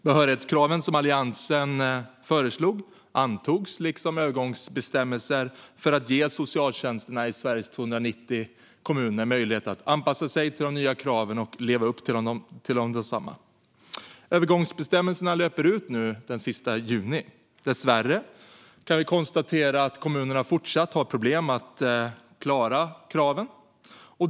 Behörighetskraven som Alliansen föreslog antogs, liksom övergångsbestämmelser för att ge socialtjänsterna i Sveriges 290 kommuner möjlighet att anpassa sig och leva upp till de nya kraven. Övergångsbestämmelserna löper ut den sista juni. Dessvärre kan vi konstatera att kommunerna fortsatt har problem att klara kraven.